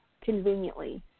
conveniently